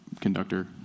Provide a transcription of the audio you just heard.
conductor